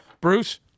Bruce